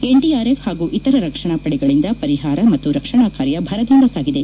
NDRF ಹಾಗೂ ಇತರ ರಕ್ಷಣಾ ಪಡೆಗಳಿಂದ ಪರಿಹಾರ ಮತ್ತು ರಕ್ಷಣಾ ಕಾರ್ಯ ಭರದಿಂದ ಸಾಗಿದೆ